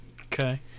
Okay